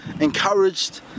encouraged